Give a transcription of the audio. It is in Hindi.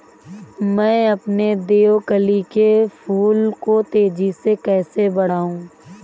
मैं अपने देवकली के फूल को तेजी से कैसे बढाऊं?